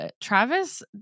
Travis